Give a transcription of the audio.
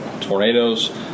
tornadoes